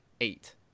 eight